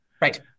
Right